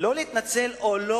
היא לא בהתנצלות או לא,